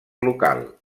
local